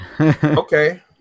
okay